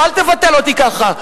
לא, אל תבטל אותי ככה.